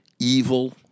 evil